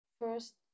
first